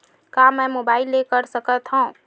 का मै मोबाइल ले कर सकत हव?